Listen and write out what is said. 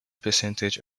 percentage